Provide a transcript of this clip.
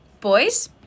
Boys